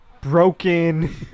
broken